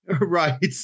Right